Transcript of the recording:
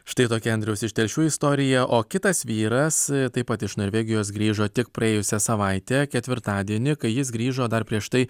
štai tokia andriaus iš telšių istorija o kitas vyras taip pat iš norvegijos grįžo tik praėjusią savaitę ketvirtadienį kai jis grįžo dar prieš tai